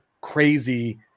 crazy